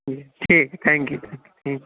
جی ٹھیک ہے thank you ٹھیک